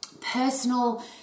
Personal